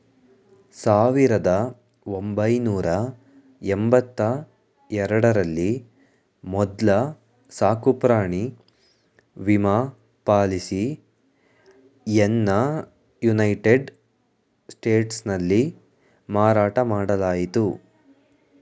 ಸಾವಿರದ ಒಂಬೈನೂರ ಎಂಬತ್ತ ಎರಡ ರಲ್ಲಿ ಮೊದ್ಲ ಸಾಕುಪ್ರಾಣಿ ವಿಮಾ ಪಾಲಿಸಿಯನ್ನಯುನೈಟೆಡ್ ಸ್ಟೇಟ್ಸ್ನಲ್ಲಿ ಮಾರಾಟ ಮಾಡಲಾಯಿತು